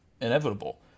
inevitable